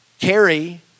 Carry